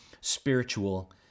spiritual